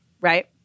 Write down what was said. right